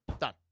Done